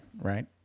Right